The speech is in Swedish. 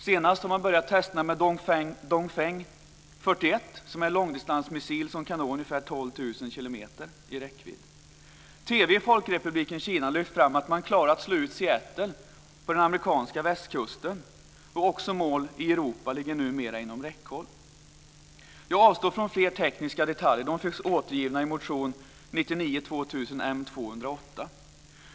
Senast har man testat Dongfeng 41 som är en långdistansmissil som kan nå ungefär 12 000 kilometer. TV i Folkrepubliken Kina har lyft fram att man klarar av att slå ut Seattle på den amerikanska västkusten. Också mål i Europa ligger numera inom räckhåll. Jag avstår från fler tekniska detaljer. De finns återgivna i motion 1999/2000:U405.